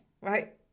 right